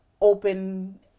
open